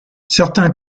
certains